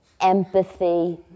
empathy